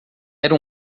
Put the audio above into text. era